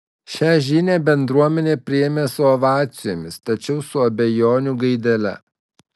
šia žinią bendruomenė priėmė su ovacijomis tačiau su abejonių gaidele